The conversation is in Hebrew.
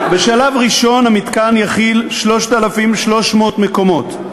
בשלב הראשון המתקן יכיל 3,300 מקומות.